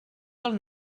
del